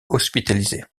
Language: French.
hospitalisée